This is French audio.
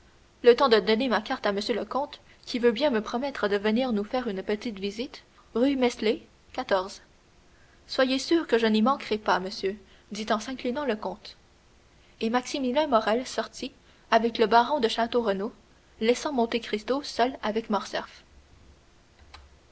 le temps de donner ma carte à m le comte qui veut bien me promettre de venir nous faire une petite visite rue mles soyez sûr que je n'y manquerai pas monsieur dit en s'inclinant le comte et maximilien morrel sortit avec le baron de château renaud laissant monte cristo seul avec